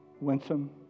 winsome